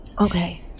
Okay